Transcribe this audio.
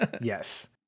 Yes